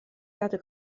gadw